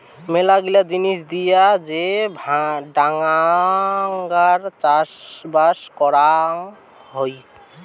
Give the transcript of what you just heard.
মেলা জিনিস দিয়ে যে ডাঙাতে চাষবাস করাং হই